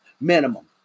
minimum